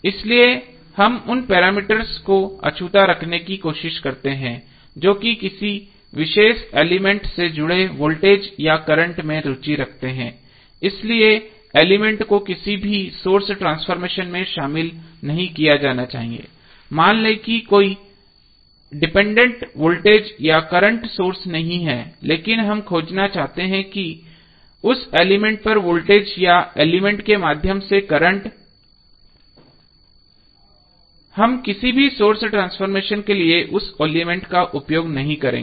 इसलिए हम उन पैरामीटर्स को अछूता रखने की कोशिश करते हैं जो किसी विशेष एलिमेंट से जुड़े वोल्टेज या करंट में रुचि रखते हैं इसलिए एलिमेंट को किसी भी सोर्स ट्रांसफॉर्मेशन में शामिल नहीं किया जाना चाहिए मान लें कि कोई डिपेंडेंट वोल्टेज या करंट सोर्स नहीं है लेकिन हम खोजना चाहते हैं उस एलिमेंट पर वोल्टेज या एलिमेंट के माध्यम से करंट हम किसी भी सोर्स ट्रांसफॉर्मेशन के लिए उस एलिमेंट का उपयोग नहीं करेंगे